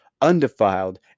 undefiled